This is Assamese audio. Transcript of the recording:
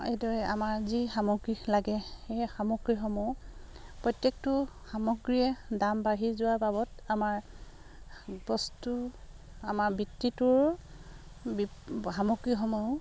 এইদৰে আমাৰ যি সামগ্ৰী লাগে সেই সামগ্ৰীসমূহ প্ৰত্যেকটো সামগ্ৰীয়ে দাম বাঢ়ি যোৱাৰ বাবত আমাৰ বস্তু আমাৰ বৃত্তিটোৰ সামগ্ৰীসমূহো